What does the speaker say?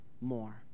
more